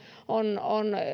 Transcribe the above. on on